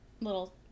little